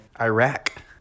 Iraq